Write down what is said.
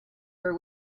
her